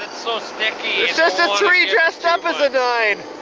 so sticky it's just a three dressed up as a nine!